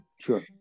Sure